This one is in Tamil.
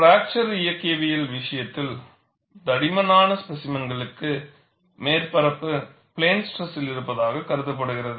ஃப்ராக்சர் இயக்கவியல் விஷயத்தில் தடிமனான ஸ்பேசிமென்களுக்கு மேற்பரப்புகள் பிளேன் ஸ்ட்ரெஸில் இருப்பதாக கருதப்படுகிறது